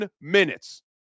minutes